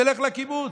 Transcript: נלך לקיבוץ.